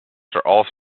also